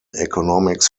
economics